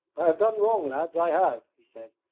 i have done wrong, lads, i have he said,